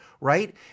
right